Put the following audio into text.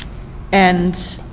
and